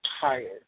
tired